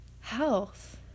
health